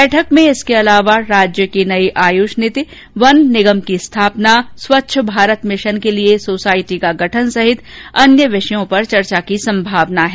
बैठक में इसके अलावा राज्य की नई आयुष नीति वन निगम की स्थापना स्वच्छ भारत मिशन के लिये सोसायटी का गठन सहित अन्य विषयों पर चर्चा की संभावना है